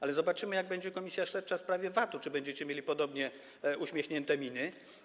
Ale zobaczymy, jak będzie komisja śledcza w sprawie VAT-u, czy będziecie mieli podobnie uśmiechnięte miny.